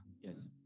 Yes